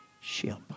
ship